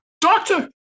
Doctor